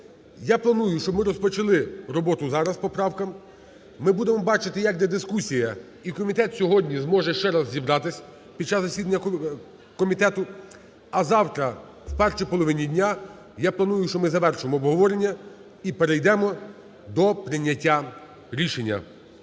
Я планую, щоб ми розпочали роботу зараз по правкам, ми будемо бачити, як іде дискусія і комітет сьогодні зможе ще раз зібратись під час засідання комітету. А завтра в першій половині дня, я планую, що ми завершимо обговорення і перейдемо до прийняття рішення.